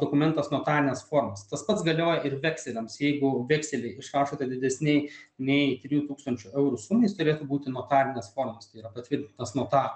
dokumentas notarinės formos tas pats galioja ir vekseliams jeigu vekselį išrašote didesnei nei trijų tūkstančių eurų sumai jis turėtų būti notarinės formos tai yra patvirtintas notaro